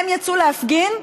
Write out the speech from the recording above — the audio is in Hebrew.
הם יצאו להפגין,